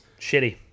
Shitty